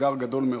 אתגר גדול מאוד.